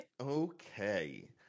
okay